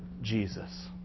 Jesus